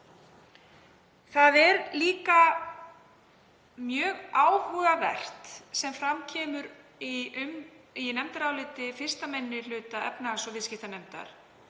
Það er líka mjög áhugavert, sem fram kemur í nefndaráliti 1. minni hluta efnahags- og viðskiptanefndar,